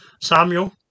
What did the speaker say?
Samuel